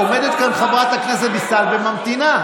עומדת כאן חברת הכנסת דיסטל וממתינה.